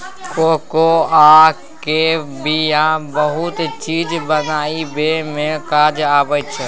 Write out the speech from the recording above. cocoa केर बिया बहुते चीज बनाबइ मे काज आबइ छै